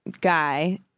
guy